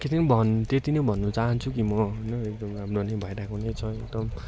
त्यति नै भन् त्यति नै भन्नु चाहन्छु कि म होइन एकदम राम्रो नै भइरहेको नै छ एकदम